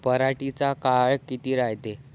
पराटीचा काळ किती रायते?